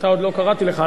אתה, עוד לא קראתי לך.